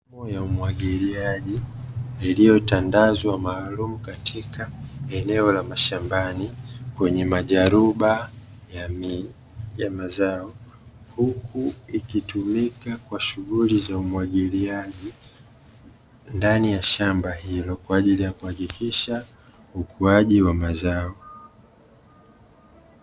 Mifumo ya umwagiliaji iliyotandazwa maalumu katika eneo la mashambani, kwenye majaruba ya mazao, huku ikitumika kwa shughuli za umwagiliaji ndani ya shamba hilo kwa ajili ya kuhakikisha ukuaji wa mazao.